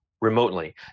Remotely